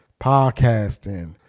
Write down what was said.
podcasting